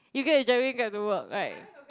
you Grab to driving Grab to work right